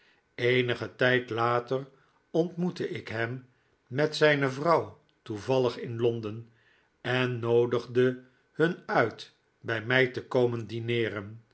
eenigen tijd later ontmoette ik hem met zijne vrouw toevallig te londen en noodigde hun uit bij mij te komen dineeren